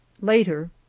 later.